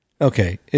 Okay